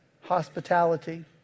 hospitality